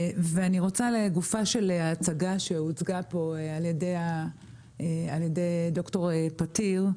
לגופם של הדברים שהוצגו פה על ידי ד"ר פתיר,